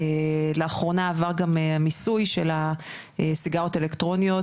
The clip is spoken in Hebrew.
לאחרונה עבר גם מיסוי של הסיגריות אלקטרוניות,